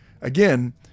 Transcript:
Again